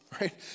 right